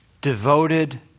devoted